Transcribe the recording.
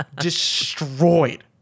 destroyed